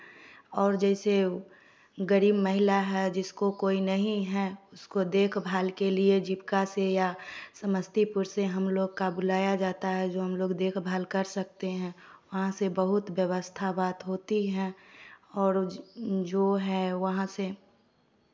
और जैसे गरीब महिला है जिसको कोई नहीं है उसको देखभाल के लिए जीविका से या समस्तीपुर से हम लोगों को बुलाया जाता है जो हम लोग देखभाल कर सकते हैं वहाँ से बहुत व्यवस्था बात होती है और जो है वहाँ से